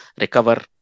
recover